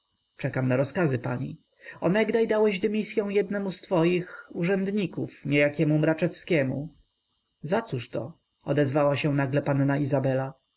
czekam na rozkazy pani onegdaj dałeś dymisyą jednemu z twoich urzędników niejakiemu mraczewskiemu za cóżto nagle odezwała się panna izabela